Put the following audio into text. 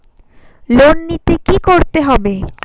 Loan নিতে কী করতে হবে?